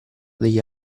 degli